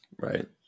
right